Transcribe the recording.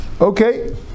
Okay